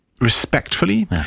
respectfully